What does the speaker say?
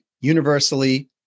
universally